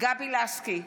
גבי לסקי,